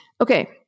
Okay